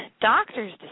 doctors